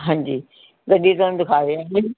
ਹਾਂਜੀ ਗੱਡੀ ਤੁਹਾਨੂੰ ਦਿਖਾ ਦਿਆਂਗੇ